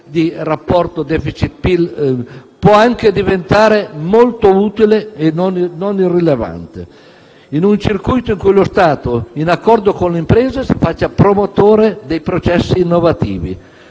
di rapporto *deficit*-PIL può anche diventare molto utile e non irrilevante, in un circuito in cui lo Stato, in accordo con le imprese, si faccia promotore dei processi innovativi.